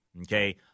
okay